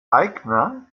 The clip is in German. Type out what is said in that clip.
eigner